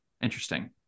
interesting